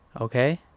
okay